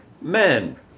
Men